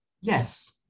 Yes